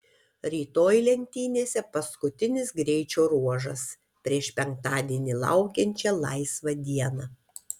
rytoj lenktynėse paskutinis greičio ruožas prieš penktadienį laukiančią laisvą dieną